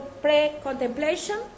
pre-contemplation